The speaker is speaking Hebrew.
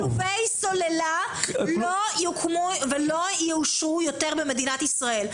משום שכלובי סוללה לא יוקמו ולא יאושרו יותר במדינת ישראל.